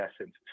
essence